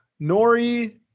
Nori